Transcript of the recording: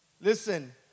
Listen